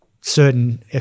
certain